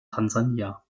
tansania